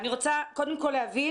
אני רוצה קודם כול להבין,